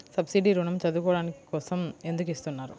Subsidy ఋణం చదువుకోవడం కోసం ఎందుకు ఇస్తున్నారు?